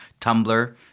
Tumblr